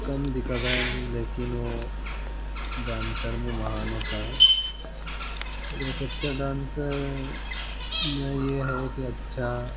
कम दिखाता है लेकिन वह डांसर में महान होता है और एक अच्छा डांसर में यह है कि अच्छा